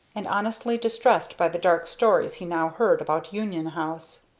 and honestly distressed by the dark stories he now heard about union house.